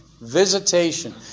Visitation